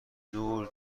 نور